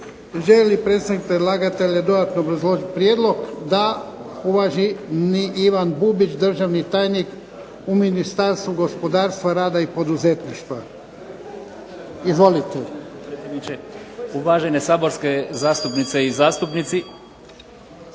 li predstavnik predlagatelja dodatno obrazložiti prijedlog? Da. Uvaženi Ivan Bubić, državni tajnik u Ministarstvu gospodarstva, rada i poduzetništva. **Bubić, Ivan** Hvala gospodine